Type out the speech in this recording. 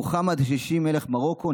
מוחמד השישי, מלך מרוקו.